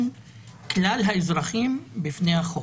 כלל האזרחים בפני החוק.